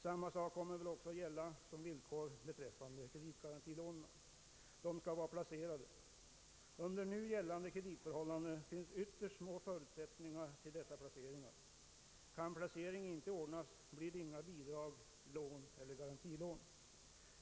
Samma sak kommer väl också att gälla såsom villkor beträffande kreditgarantilån. De skall vara placerade. Under nu gällande kreditförhållanden finns ytterst små förutsättningar till dessa placeringar. Kan placering inte ordnas blir det inga bidrag, lån eller garantilån.